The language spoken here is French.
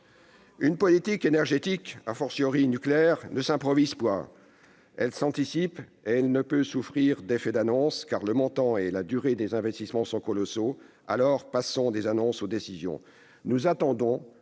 Une politique énergétique, nucléaire, ne s'improvise pas ; elle s'anticipe. Et elle ne peut souffrir d'effets d'annonces, car le montant et la durée des investissements sont colossaux. Alors, passons des annonces aux décisions ! Nous attendons